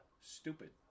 stupid